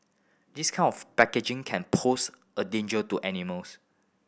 this kind of packaging can pose a danger to animals